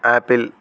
apple